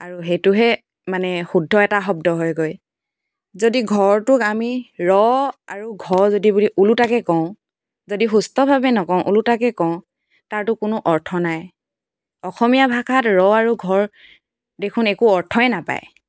আৰু সেইটোহে মানে শুদ্ধ এটা শব্দ হয়গৈ যদি ঘৰটোক আমি ৰ আৰু ঘ যদি বুলি ওলোটাকৈ কওঁ যদি সুস্থভাৱে নকওঁ ওলোটাকৈ কওঁ তাৰতো কোনো অৰ্থ নাই অসমীয়া ভাষাত ৰ আৰু ঘৰ দেখোন একো অৰ্থই নাপায়